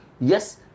yes